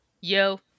yo